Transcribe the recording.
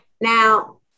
Now